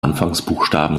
anfangsbuchstaben